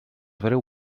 breu